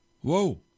Whoa